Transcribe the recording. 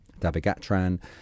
dabigatran